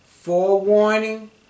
Forewarning